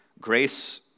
grace